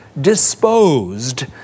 disposed